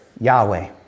Yahweh